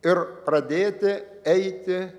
ir pradėti eiti